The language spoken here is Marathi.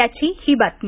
त्याची ही बातमी